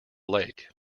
lake